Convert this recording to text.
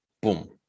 Boom